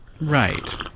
Right